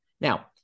Now